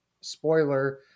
spoiler